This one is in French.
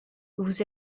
vous